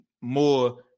more